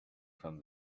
from